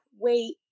wait